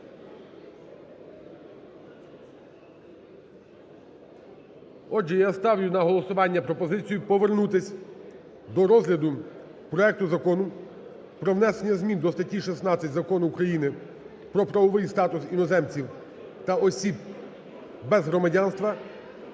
Отже, я ставлю на голосування пропозицію повернутись до розгляду проекту Закону про внесення змін до статті 16 Закону України "Про правовий статус іноземців та осіб без громадянства"